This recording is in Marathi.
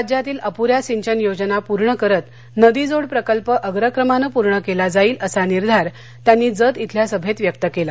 राज्यातील अपूऱ्या सिंचन योजना पूर्ण करत नदीजोड प्रकल्प अग्रक्रमानं पूर्ण क्विा जाईल असा निर्धार त्यांनी जत इथल्या सभ व्यक्त कळी